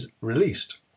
released